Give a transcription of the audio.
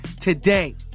today